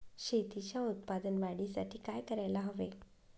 शेतीच्या उत्पादन वाढीसाठी काय करायला हवे?